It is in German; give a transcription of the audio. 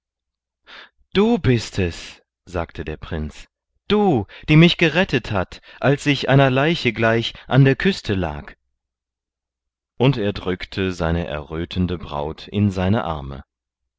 du bist es sagte der prinz du die mich gerettet hat als ich einer leiche gleich an der küste lag und er drückte seine errötende braut in seine arme